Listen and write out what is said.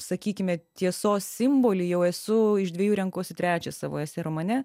sakykime tiesos simbolį jau esu iš dviejų renkuosi trečią savo esė romane